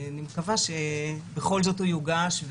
אני מקווה שבכל זאת הוא יוגש,